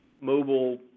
mobile